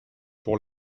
pour